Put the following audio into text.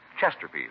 Chesterfield